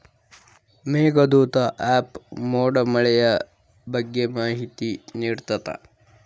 Meghdoot app ಮೋಡ ಮಳೆಯ ಬಗ್ಗೆ ಮಾಹಿತಿ ನಿಡ್ತಾತ